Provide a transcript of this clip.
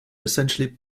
essentially